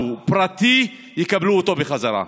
פרטי בטאבו, יקבלו אותו בחזרה.